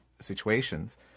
situations